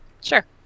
sure